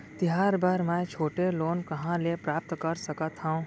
तिहार बर मै छोटे लोन कहाँ ले प्राप्त कर सकत हव?